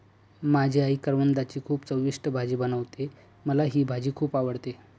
माझी आई करवंदाची खूप चविष्ट भाजी बनवते, मला ही भाजी खुप आवडते